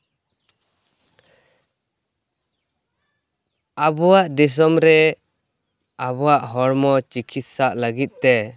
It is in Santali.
ᱟᱵᱚᱣᱟᱜ ᱫᱤᱥᱚᱢ ᱨᱮ ᱟᱵᱚᱣᱟᱜ ᱦᱚᱲᱢᱚ ᱪᱤᱠᱤᱥᱥᱟᱜ ᱞᱟᱹᱜᱤᱫ ᱛᱮ